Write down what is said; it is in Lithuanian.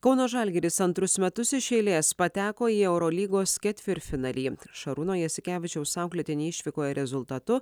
kauno žalgiris antrus metus iš eilės pateko į eurolygos ketvirtfinalį šarūno jasikevičiaus auklėtiniai išvykoje rezultatu